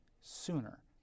sooner